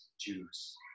Jews